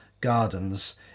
gardens